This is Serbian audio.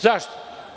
Zašto?